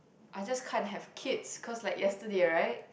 I just can't have kids cause like yesterday right